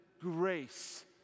grace